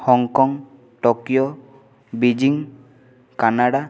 Hong Kong Tokyo Beijing Canada